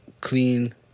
clean